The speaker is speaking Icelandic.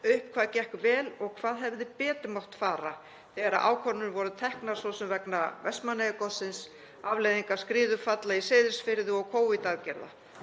upp hvað gekk vel og hvað hefði betur mátt fara þegar ákvarðanir voru teknar, svo sem vegna Vestmannaeyjagossins, afleiðinga skriðufalla í Seyðisfirði og Covid-aðgerða.